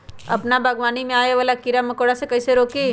अपना बागवानी में आबे वाला किरा मकोरा के कईसे रोकी?